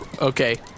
Okay